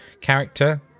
character